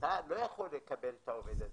אתה לא יכול לקבל את העובד הזה.